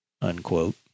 Unquote